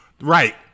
right